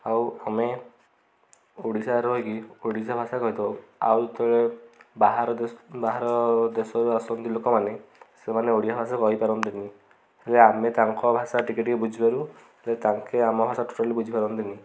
ଆଉ ଆମେ ଓଡ଼ିଶାରେ ରହିକି ଓଡ଼ିଶା ଭାଷା କହିଥାଉ ଆଉ ଏତେବେଳେ ବାହାର ଦେଶ ବାହାର ଦେଶରୁ ଆସନ୍ତି ଲୋକମାନେ ସେମାନେ ଓଡ଼ିଆ ଭାଷା କହିପାରନ୍ତିନି ହେଲେ ଆମେ ତାଙ୍କ ଭାଷା ଟିକେ ଟିକେ ବୁଝିପାରୁ ହେଲେ ତାଙ୍କେ ଆମ ଭାଷା ଟୋଟାଲି ବୁଝିପାରନ୍ତିନି